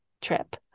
trip